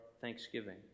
thanksgiving